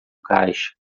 caixa